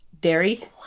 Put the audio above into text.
Dairy